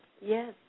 Yes